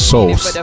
Souls